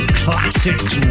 classics